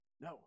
No